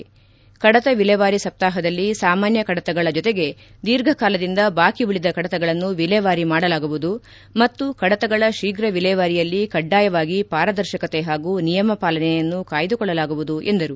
ಕಡತ ವಿಲೇವಾರಿ ಸಪ್ತಾಪ ದಲ್ಲಿ ಸಾಮಾನ್ಯ ಕಡತಗಳ ಜೊತೆಗೆ ದೀರ್ಘ ಕಾಲದಿಂದ ಬಾಕಿ ಉಳಿದ ಕಡತಗಳನ್ನು ವಿಲೇವಾರಿ ಮಾಡಲಾಗುವುದು ಮತ್ತು ಕಡತಗಳ ಶೀಘ ವಿಲೇವಾರಿಯಲ್ಲಿ ಕಡ್ವಾಯವಾಗಿ ಪಾರದರ್ಶಕತೆ ಹಾಗೂ ನಿಯಮಪಾಲನೆಯನ್ನು ಕಾಯ್ದುಕೊಳ್ಳಲಾಗುವುದು ಎಂದರು